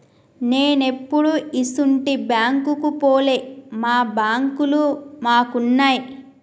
నేనెప్పుడూ ఇసుంటి బాంకుకు పోలే, మా బాంకులు మాకున్నయ్